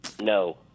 No